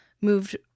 moved